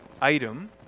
item